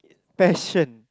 passion